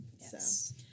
Yes